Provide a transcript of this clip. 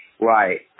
Right